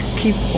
keep